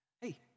Hey